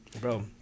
bro